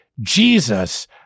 Jesus